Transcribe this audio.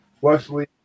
Wesley